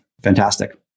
fantastic